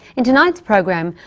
in tonight's program,